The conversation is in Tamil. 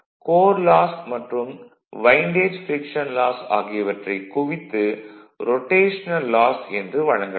கோர் லாஸ் மற்றும் வைண்டேஜ் ஃப்ரிக்ஷன் லாஸ் ஆகியவற்றை குவித்து ரொடேஷனல் லாஸ் என்று வழங்கலாம்